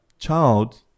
child